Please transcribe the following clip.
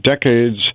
decades